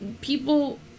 People